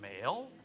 male